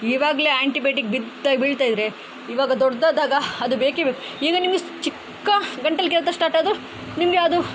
ಈವಾಗಲೆ antibiotic ಬಿತ್ತಾ ಬೀಳ್ತಾ ಇದ್ದರೆ ಇವಾಗ ದೊಡ್ಡದಾಗ ಅದು ಬೇಕೇ ಬೇಕು ಈಗ ನಿಮ್ಗೆ ಚಿಕ್ಕ ಗಂಟಲು ಕೆರೆತ ಸ್ಟಾರ್ಟಾದರೂ ನಿಮಗೆ ಅದು